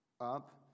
up